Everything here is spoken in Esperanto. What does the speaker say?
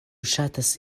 ŝatas